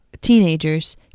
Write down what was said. teenagers